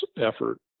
effort